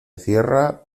cierra